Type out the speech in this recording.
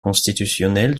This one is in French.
constitutionnelle